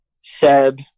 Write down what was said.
Seb